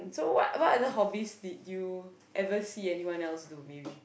so what what other hobbies did you ever see anyone else do maybe